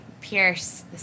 Pierce